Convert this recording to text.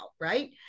right